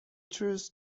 trusts